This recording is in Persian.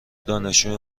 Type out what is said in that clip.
دانشجوی